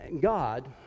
God